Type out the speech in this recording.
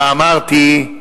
ואמרתי: